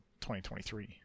2023